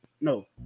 no